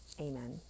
Amen